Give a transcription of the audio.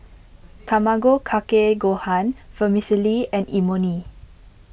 Tamago Kake Gohan Vermicelli and Imoni